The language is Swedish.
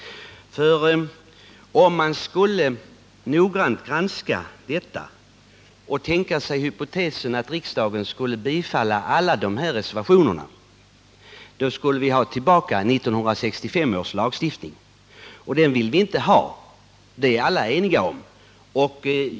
Om riksdagen nämligen skulle bifalla alla reservationerna, skulle vi ha tillbaka 1965 års lagstiftning. Och den vill vi inte ha — det är alla eniga om.